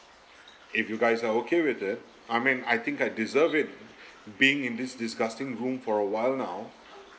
if you guys are okay with it I mean I think I deserve it being in this disgusting room for a while now